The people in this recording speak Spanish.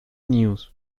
news